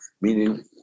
meaning